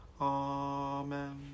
Amen